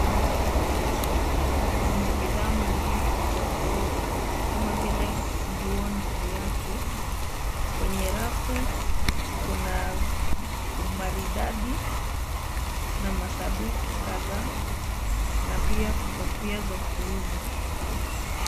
Kubwa la kisasa lenye bidhaa mingi za kuuza kama vile nguo na viatu. Kwenye rafu kuna umaridadi na masanduku kadhaa na pia kofia za kuuza.